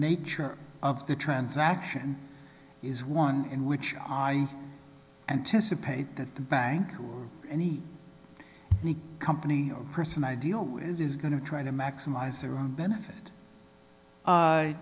nature of the transaction is one in which i anticipate that the bank or any company or person i deal with is going to try to maximize their own benefit